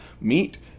meet